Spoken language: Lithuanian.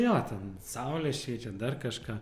jo ten saulė šviečia dar kažką